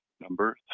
number